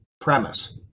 premise